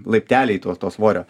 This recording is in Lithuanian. laipteliai to to svorio